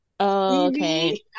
Okay